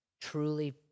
truly